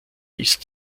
ist